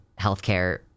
healthcare